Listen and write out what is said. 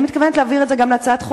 אני מתכוונת להעביר את זה גם בהצעת חוק,